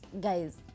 guys